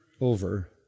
over